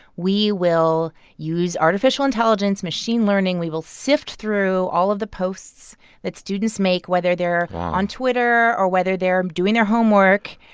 we will use artificial intelligence machine learning. we will sift through all of the posts that students make, whether they're on twitter or whether they're doing their homework,